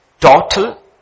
total